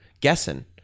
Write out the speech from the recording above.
guessing